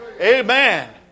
Amen